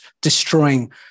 destroying